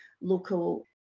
local